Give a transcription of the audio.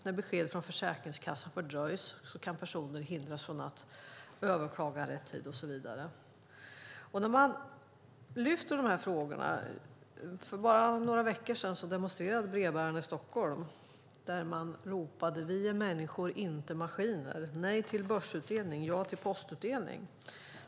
När besked från Försäkringskassan fördröjs kan personer hindras från att överklaga i rätt tid och så vidare. För bara några veckor sedan demonstrerade brevbärarna i Stockholm och ropade: Vi är människor, inte maskiner! Nej till börsutdelning, ja till postutdelning!